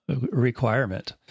requirement